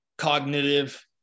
cognitive